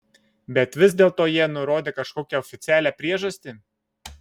bet vis dėlto jie nurodė kažkokią oficialią priežastį